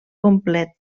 complet